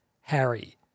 Harry